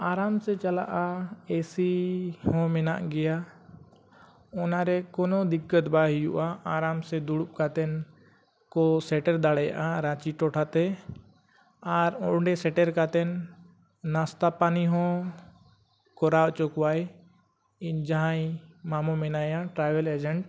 ᱟᱨᱟᱢ ᱥᱮ ᱪᱟᱞᱟᱜᱼᱟ ᱮᱥᱤ ᱦᱚᱸ ᱢᱮᱱᱟᱜ ᱜᱮᱭᱟ ᱚᱱᱟᱨᱮ ᱠᱳᱱᱳ ᱫᱤᱠᱠᱟᱹᱛ ᱵᱟᱭ ᱦᱩᱭᱩᱜᱼᱟ ᱟᱨᱟᱢ ᱥᱮ ᱫᱩᱲᱩᱵ ᱠᱟᱛᱮᱫ ᱠᱚ ᱥᱮᱴᱮᱨ ᱫᱟᱲᱮᱭᱟᱜᱼᱟ ᱨᱟᱺᱪᱤ ᱴᱚᱴᱷᱛᱮ ᱟᱨ ᱚᱱᱫᱮ ᱥᱮᱴᱮᱨ ᱠᱟᱛᱮᱫ ᱱᱟᱥᱛᱟ ᱯᱟᱹᱱᱤ ᱦᱚᱸ ᱠᱚᱨᱟᱣ ᱦᱚᱪᱚ ᱠᱚᱣᱟᱭ ᱤᱧ ᱡᱟᱦᱟᱸᱭ ᱢᱟᱢᱳ ᱢᱮᱱᱟᱭᱟ ᱴᱨᱟᱵᱷᱮᱞ ᱮᱡᱮᱱᱴ